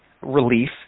relief